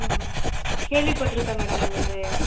ம் கேள்விப்பட்டிருக்கேன் மேடம் உங்களுது